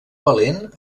valent